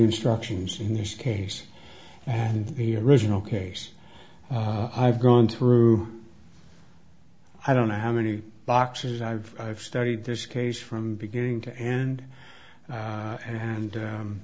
instructions in this case and he original case i've gone through i don't know how many boxes i've studied this case from beginning to and hand